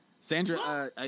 Sandra